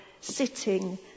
sitting